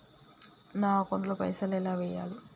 నా అకౌంట్ ల పైసల్ ఎలా వేయాలి?